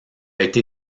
été